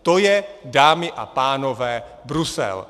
To je, dámy a pánové, Brusel!